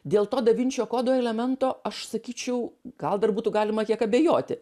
dėl to da vinčio kodo elemento aš sakyčiau gal dar būtų galima kiek abejoti